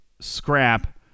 scrap